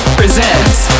presents